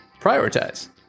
prioritize